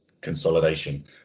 consolidation